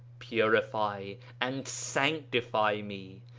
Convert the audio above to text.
purify and sanctify me,